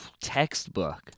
textbook